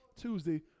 Tuesday